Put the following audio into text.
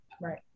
Right